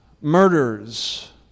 Murders